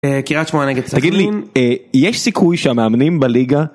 קריית שמונה נגד סחנין. תגיד לי, יש סיכוי שהמאמנים בליגה...